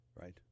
Right